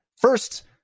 first